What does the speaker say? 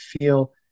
feel